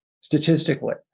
statistically